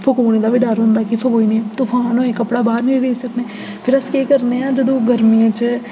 फकोने दा बी डर होंदा कि फकोए निं तफान होए कपड़ा बाह्र निं रेड़ी सकने फिर अस केह् करने आं जदूं गर्मियें च